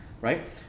right